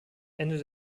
ende